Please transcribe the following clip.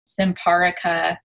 Simparica